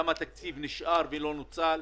כמה תקציב נשאר ולא נוצל?